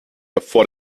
vor